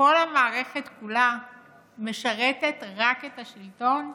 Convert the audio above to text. כל המערכת כולה משרתת רק את השלטון?